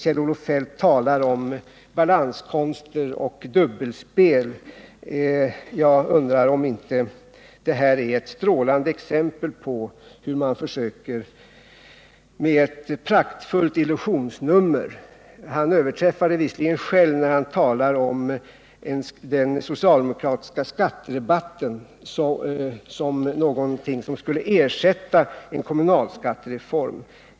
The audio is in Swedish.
Kjell-Olof Feldt talar om balanskonster och dubbelspel. Jag undrar om inte det här är ett strålande exempel på hur man försöker göra ett praktfullt illusionsnummer. Han överträffar det visserligen själv, när han talar om den socialdemokratiska skatterabatten som någonting som skulle ersätta en kommunalskattereform.